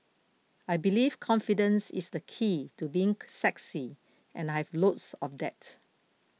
I believe confidence is the key to being sexy and I have loads of that